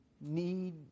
need